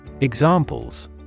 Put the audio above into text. Examples